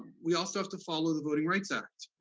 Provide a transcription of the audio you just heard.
we also have to follow the voting rights act.